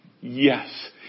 Yes